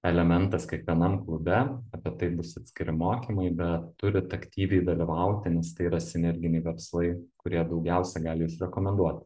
elementas kiekvienam klube apie tai bus atskiri mokymai bet turit aktyviai dalyvauti nes tai yra sinerginiai verslai kurie daugiausia gali jus rekomenduot